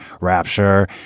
rapture